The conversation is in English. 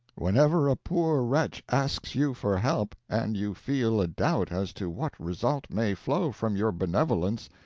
whenever a poor wretch asks you for help, and you feel a doubt as to what result may flow from your benevolence,